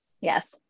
Yes